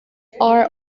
are